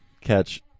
catch